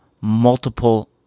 multiple